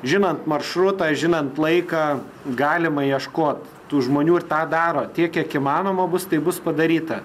žinant maršrutą žinant laiką galima ieškot tų žmonių ir tą daro tiek kiek įmanoma bus tai bus padaryta